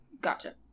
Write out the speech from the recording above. Gotcha